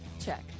Check